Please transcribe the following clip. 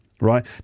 right